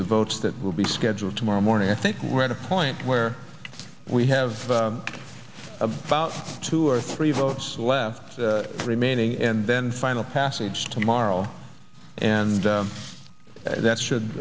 the vote that will be scheduled tomorrow morning i think we're at a point where we have about two or three votes left remaining and then final passage tomorrow and that should